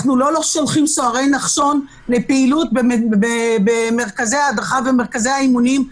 אנחנו לא שולחים סוהרי נחשון לפעילות במרכזי ההדרכה ומרכזי האימונים,